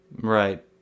Right